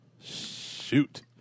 Shoot